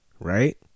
Right